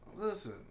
Listen